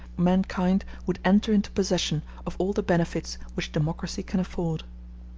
mankind would enter into possession of all the benefits which democracy can afford.